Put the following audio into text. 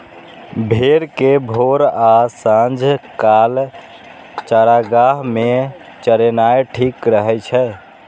भेड़ कें भोर आ सांझ काल चारागाह मे चरेनाय ठीक रहै छै